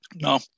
No